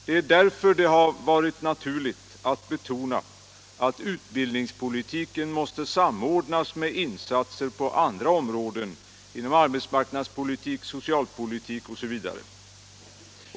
Det är därför det har varit naturligt att betona att utbildningspolitiken måste samordnas med insatser på andra områden inom arbetsmarknadspolitik, socialpolitik osv.